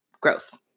growth